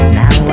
now